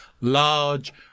large